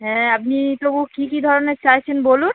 হ্যাঁ আপনি তবু কী কী ধরনের চাইছেন বলুন